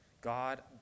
God